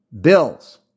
bills